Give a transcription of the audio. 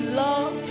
love